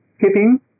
keeping